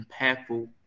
impactful